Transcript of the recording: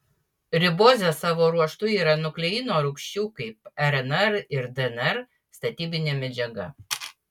ribozė savo ruožtu yra nukleino rūgščių kaip rnr ir dnr statybinė medžiaga